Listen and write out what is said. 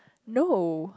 no